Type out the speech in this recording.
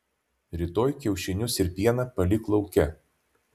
rytoj kiaušinius ir pieną palik lauke